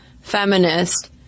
feminist